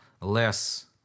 less